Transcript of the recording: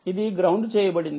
ఇది గ్రౌండ్ చేయబడింది